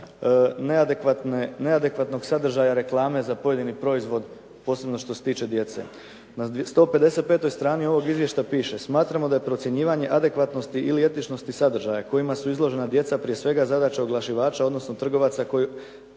neadekvatnog sadržaja reklame za pojedini proizvod, posebno što se tiče djece. Na 155. strani ovog izvješća piše: "smatramo da je procjenjivanje adekvatnosti ili etičnosti sadržaja kojima su izložena djeca prije svega zadaća oglašivača odnosno trgovaca koji